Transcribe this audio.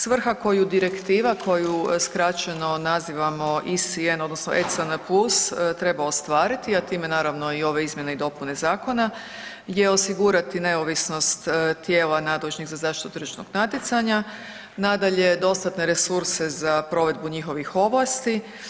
Svrha koju direktiva koju skraćeno nazivamo ECN odnosno ECN+ treba ostvariti, a time naravno i ove izmjene i dopune zakona je osigurati neovisnost tijela nadležnih za zaštitu tržišnog natjecanja, nadalje dostatne resurse za provedbu njihovih ovlasti.